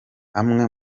amwe